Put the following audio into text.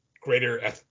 greater